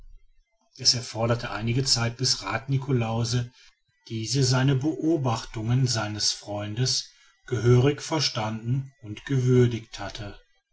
es erforderte einige zeit bis rath niklausse diese seine beobachtung seines freundes gehörig verstanden und gewürdigt hatte